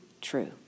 true